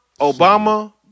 Obama